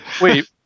Wait